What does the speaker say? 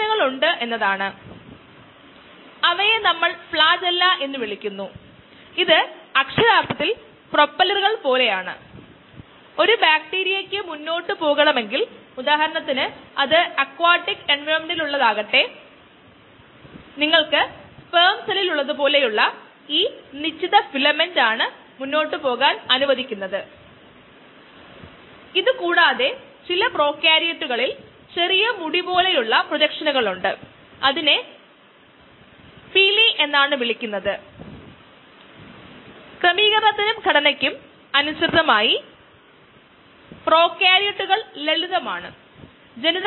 ln x0 μt0c അതിനാൽ നമ്മൾ ഇത് ഇവിടെയുള്ള സമവാക്യത്തിൽ മാറ്റി എഴുത്തുകയാണെകിൽ പരിഹാരം ഇതായിരിക്കും ln x μtln x0 μt0 നമ്മൾ ഇരുവശത്തും സമാന പദങ്ങൾ സംയോജിപ്പിക്കുകയാണെങ്കിൽ ln of x minus ln of x nought അത് ഇതായിരിക്കും ln xx0μt t0 അതിനാൽ x xx0eμt t0 സമയത്തിനൊപ്പം കോശങ്ങളുടെ സാന്ദ്രത x ലെ വ്യതിയാനത്തിന്റെ വിവരണമാണിത്